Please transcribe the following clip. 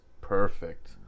perfect